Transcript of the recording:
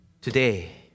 today